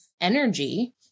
energy